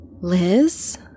Liz